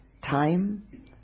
time